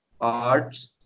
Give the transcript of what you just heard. arts